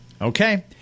Okay